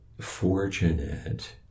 fortunate